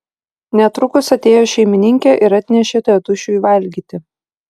netrukus atėjo šeimininkė ir atnešė tėtušiui valgyti